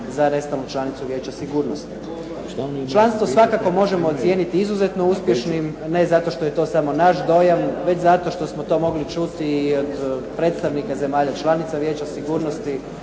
za nestalnu članicu Vijeća sigurnosti. Članstvo svakako možemo ocijeniti izuzetno uspješnim ne zato što je to samo naš dojam već zato što smo to mogli čuti i od predstavnika zemalja članica Vijeća sigurnosti,